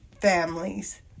families